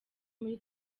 muri